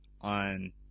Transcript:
on